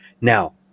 now